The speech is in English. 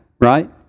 right